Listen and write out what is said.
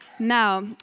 Now